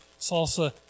salsa